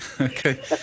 Okay